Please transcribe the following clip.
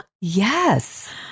Yes